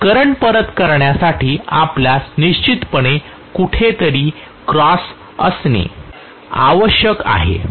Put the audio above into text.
आणि करंट परत करण्यासाठी आपल्यास निश्चितपणे कोठेतरी कुठेतरी क्रॉस असणे आवश्यक आहे